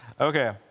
Okay